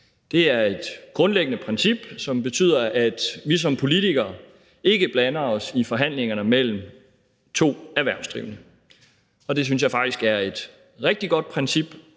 Det er et grundlæggende princip, som betyder, at vi som politikere ikke blander os i forhandlingerne mellem to erhvervsdrivende, og det synes jeg faktisk er et rigtig godt princip,